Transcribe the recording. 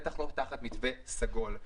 בטח לא במתווה סגול.